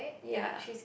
ya